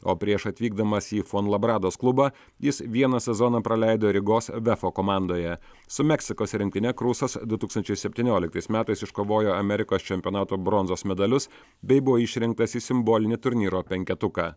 o prieš atvykdamas į fonlabrados klubą jis vieną sezoną praleido rygos vefo komandoje su meksikos rinktine krusas du tūkstančiai septynioliktais metais iškovojo amerikos čempionato bronzos medalius bei buvo išrinktas į simbolinį turnyro penketuką